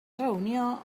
reunió